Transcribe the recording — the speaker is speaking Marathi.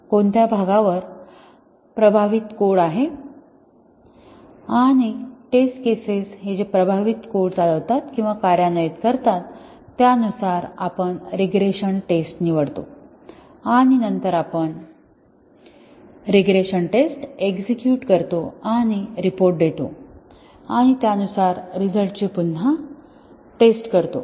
कोणत्या भागावर प्रभावित कोड आहे आणि टेस्ट केसेस जे हे प्रभावित कोड चालवतात किंवा कार्यान्वित करतात त्यानुसार आपण रीग्रेशन टेस्ट निवडतो आणि नंतर आपण रीग्रेशन टेस्ट एक्झेक्युट करतो आणि रिपोर्ट देतो आणि त्यानुसार रिझल्ट ची पुन्हा टेस्ट करतो